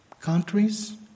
Countries